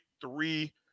three